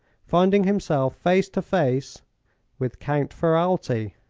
finding himself face to face with count ferralti.